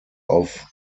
auf